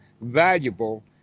valuable